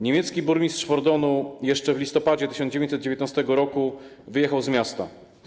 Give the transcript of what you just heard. Niemiecki burmistrz Fordonu jeszcze w listopadzie 1919 r. wyjechał z miasta.